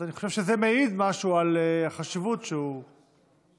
אז אני חושב שזה מעיד משהו על החשיבות שהוא רואה בתחום,